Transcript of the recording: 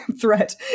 threat